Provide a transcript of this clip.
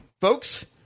folks